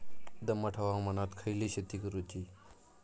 दमट हवामानात खयली शेती करूची?